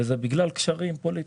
וזה בגלל קשרים פוליטיים.